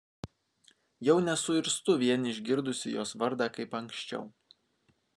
jau nesuirztu vien išgirdusi jos vardą kaip anksčiau